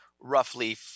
roughly